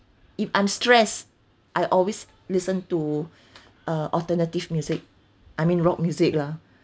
if I'm stressed I always listen to uh alternative music I mean rock music lah